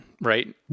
right